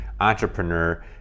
entrepreneur